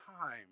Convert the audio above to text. time